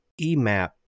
EMAP